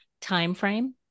timeframe